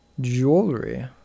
Jewelry